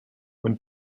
when